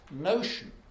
notion